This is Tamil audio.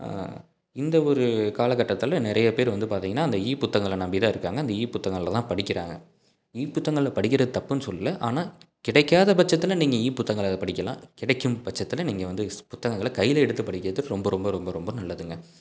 இந்த ஒரு காலகட்டத்தில் நிறைய பேர் வந்து பார்த்தீங்கன்னா அந்த இ புத்தகங்களை நம்பி தான் இருக்காங்க அந்த இ புத்தங்களில்தான் படிக்கிறாங்க இ புத்தகங்களில் படிக்கிறது தப்புன்னு சொல்லலை ஆனால் கிடைக்காத பட்சத்தில் நீங்கள் இ புத்தகங்களை அதை படிக்கலாம் கிடைக்கும் பட்சத்தில் நீங்கள் வந்து ஸ் புத்தகங்களை கையில் எடுத்து படிக்கிறது ரொம்ப ரொம்ப ரொம்ப ரொம்ப நல்லதுங்க